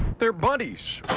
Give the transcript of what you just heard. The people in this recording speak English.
they're buddies.